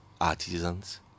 artisans